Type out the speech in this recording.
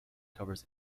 covers